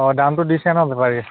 অঁ দামটো দিছে ন বেপাৰীয়ে